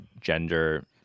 gender